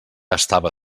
estava